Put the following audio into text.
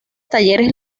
talleres